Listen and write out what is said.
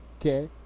Okay